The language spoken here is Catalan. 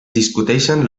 discuteixen